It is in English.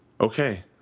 okay